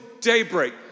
daybreak